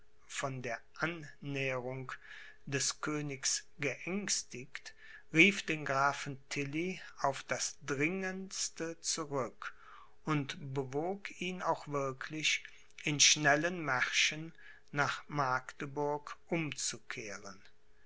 von der annäherung des königs geängstigt rief den grafen tilly auf das dringendste zurück und bewog ihn auch wirklich in schnellen märschen nach magdeburg umzukehren